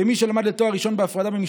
כמי שלמד בהפרדה לתואר ראשון במשפטים,